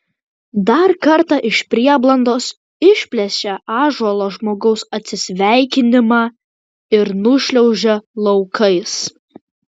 dar kartą iš prieblandos išplėšia ąžuolo žmogaus atsisveikinimą ir nušliaužia laukais